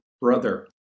brother